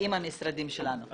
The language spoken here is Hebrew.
עם המשרדים שלנו.